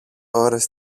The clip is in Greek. ώρες